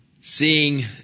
seeing